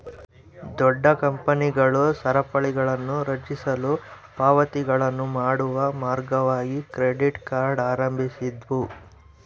ದೊಡ್ಡ ಕಂಪನಿಗಳು ಸರಪಳಿಗಳನ್ನುರಚಿಸಲು ಪಾವತಿಗಳನ್ನು ಮಾಡುವ ಮಾರ್ಗವಾಗಿ ಕ್ರೆಡಿಟ್ ಕಾರ್ಡ್ ಪ್ರಾರಂಭಿಸಿದ್ವು